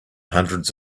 hundreds